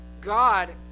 God